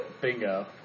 Bingo